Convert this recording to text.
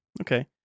okay